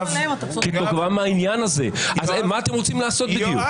מה אתם רוצים לעשות בדיוק?